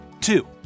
Two